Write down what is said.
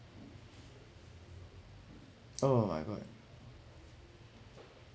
oh my god